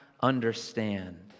understand